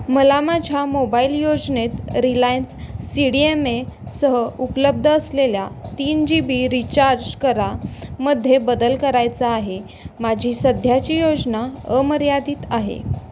मला माझ्या मोबाईल योजनेत Reliance C D M A सह उपलब्ध असलेल्या तीन जी बी रीचार्ज करा मध्ये बदल करायचा आहे माझी सध्याची योजना अमर्यादित आहे